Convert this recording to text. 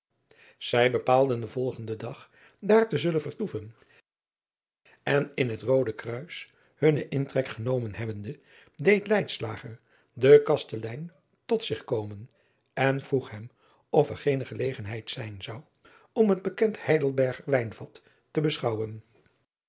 ij bepaalden den volgenden dag daar te zullen vertoeven en in het oode ruis hunnen intrek genomen hebbende deed den kastelein tot zich komen en vroeg hem of er geene gelegenheid zijn zou om het bekend eidelberger ijnvat te beschouwen